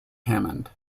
hammond